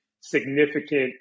significant